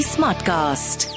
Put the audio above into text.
Smartcast